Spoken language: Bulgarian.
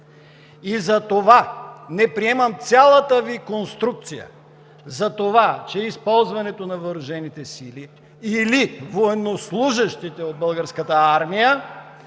Затова не приемам цялата Ви конструкция, че използването на въоръжените сили или на военнослужещите от Българската армия